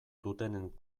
dutenen